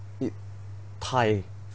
it thai